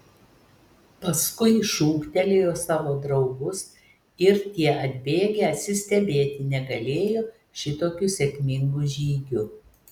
paskui šūktelėjo savo draugus ir tie atbėgę atsistebėti negalėjo šitokiu sėkmingu žygiu